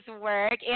work